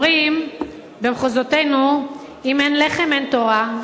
אומרים במחוזותינו: אם אין לחם אין תורה.